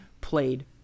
played